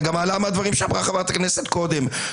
זה גם עלה מהדברים שאמרה חברת הכנסת קודם.